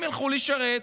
הם ילכו לשרת,